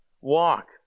walk